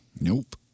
Nope